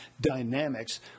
dynamics